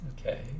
okay